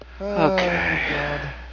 Okay